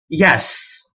yes